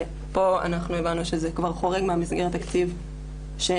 ופה אנחנו הבנו שזה כבר חורג ממסגרת התקציב שיש,